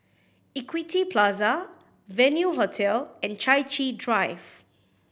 Equity Plaza Venue Hotel and Chai Chee Drive